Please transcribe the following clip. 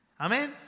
Amen